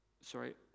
sorry